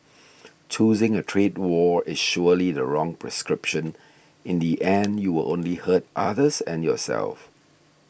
choosing a trade war is surely the wrong prescription in the end you will only hurt others and yourself